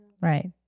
Right